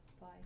bye